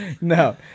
No